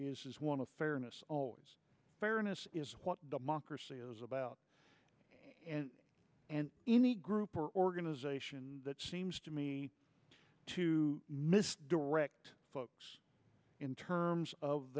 is one of fairness bareness is what democracy is about and any group or organization that seems to me to mis direct folks in terms of